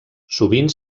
sovint